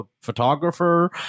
photographer